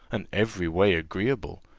and every way agreeable.